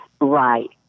Right